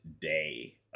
day